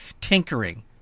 tinkering